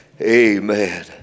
amen